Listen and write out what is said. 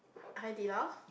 hai~ Hai-Di-Lao